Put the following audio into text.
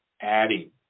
adding